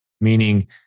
meaning